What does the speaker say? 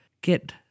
get